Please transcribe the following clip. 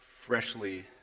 freshly